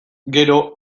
gero